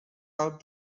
out